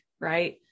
Right